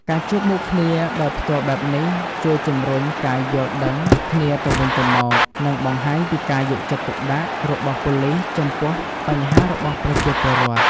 ការជួបមុខគ្នាដោយផ្ទាល់បែបនេះជួយជំរុញការយល់ដឹងគ្នាទៅវិញទៅមក និងបង្ហាញពីការយកចិត្តទុកដាក់របស់ប៉ូលិសចំពោះបញ្ហារបស់ប្រជាពលរដ្ឋ។